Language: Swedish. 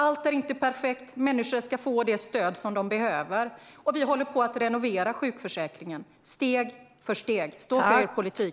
Allt är inte perfekt. Människor ska få det stöd som de behöver. Vi håller på att renovera sjukförsäkringen steg för steg. Stå för er politik!